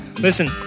Listen